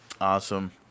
awesome